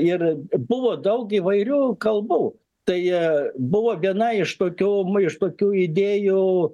ir buvo daug įvairių kalbų tai buvo vie iš tokių iš tokių idėjų